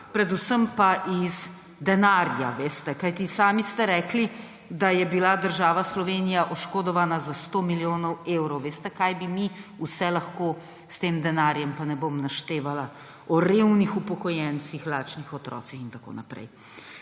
predvsem pa iz denarja, veste. Kajti sami ste rekli, da je bila država Slovenija oškodovana za sto milijonov evrov. Veste, kaj bi mi vse lahko s tem denarjem, pa ne bom naštevala o revnih upokojencih, lačnih otrocih in tako naprej.